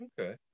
Okay